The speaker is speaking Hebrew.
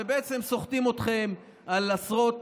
ובעצם סוחטים אתכם על עשרות,